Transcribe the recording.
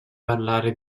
parlare